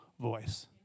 voice